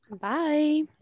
Bye